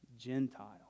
Gentile